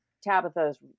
Tabitha's